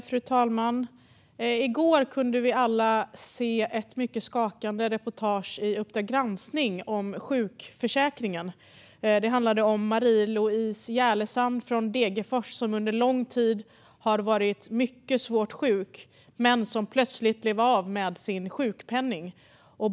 Fru talman! I går kunde vi alla se ett mycket skakande reportage om sjukförsäkringen i Uppdrag granskning . Det handlade om Marie-Louise Järlesand i Degerfors som under lång tid varit svårt sjuk och plötsligt blev av med sin sjukpenning.